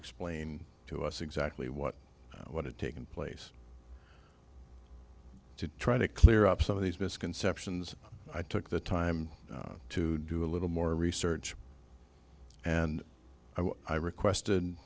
explain to us exactly what what had taken place to try to clear up some of these misconceptions i took the time to do a little more research and i requested